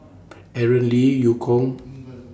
Aaron Lee EU Kong